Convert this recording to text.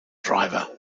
driver